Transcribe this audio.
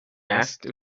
asked